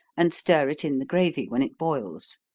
and stir it in the gravy when it boils.